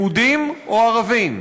יהודים או ערבים?